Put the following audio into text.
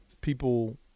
people